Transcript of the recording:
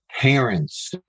parents